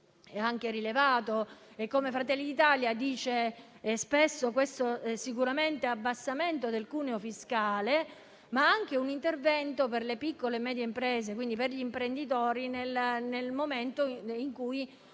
anche rilevato e come Fratelli d'Italia dice spesso - l'abbassamento del cuneo fiscale, ma anche un intervento per le piccole e medie imprese, e quindi per gli imprenditori, nel momento in cui